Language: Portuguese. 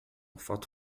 fato